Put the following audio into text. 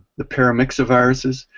the paramyxoviruses,